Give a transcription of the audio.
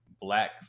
black